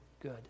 good